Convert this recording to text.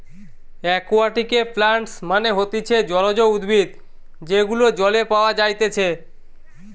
একুয়াটিকে প্লান্টস মানে হতিছে জলজ উদ্ভিদ যেগুলো জলে পাওয়া যাইতেছে